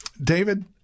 David